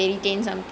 mm